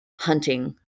hunting